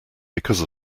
because